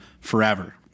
forever